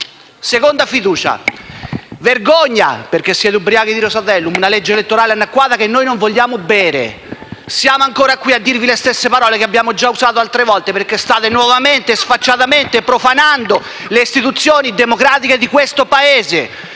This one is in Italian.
Seconda fiducia. Vergogna perché siete ubriachi di Rosatellum, una legge elettorale annacquata che noi non vogliamo bere! Siamo ancora qui a dirvi le stesse parole che abbiamo già usato altre volte perché state nuovamente e sfacciatamente profanando le istituzioni democratiche di questo Paese.